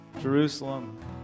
Jerusalem